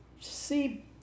see